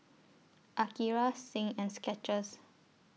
Akira Zinc and Skechers